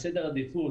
בסדר העדיפות,